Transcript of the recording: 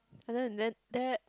and then and then that